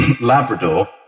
Labrador